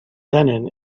lenin